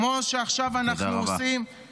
כמו שעכשיו אנחנו עושים --- תודה רבה.